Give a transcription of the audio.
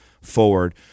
forward